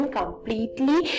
completely